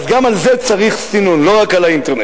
אז גם על זה צריך סינון, לא רק על האינטרנט.